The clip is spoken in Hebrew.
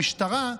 המשטרה,